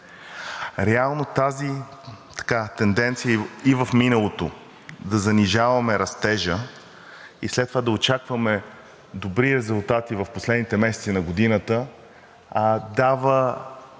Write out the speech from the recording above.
Реално тази тенденция и в миналото – да занижаваме растежа и след това да очакваме добри резултати в последните месеци на годината, дава